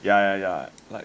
ya ya ya like